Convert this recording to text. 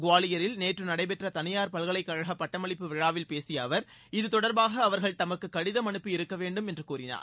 குவாலியரில் நேற்று நடைபெற்ற தனியார் பல்கலைக்கழக பட்டமளிப்பு விழாவில் பேசிய அவர் இது தொடர்பாக அவர்கள் தமக்கு கடிதம் அனுப்பி இருக்கவேண்டும் என்று கூறினார்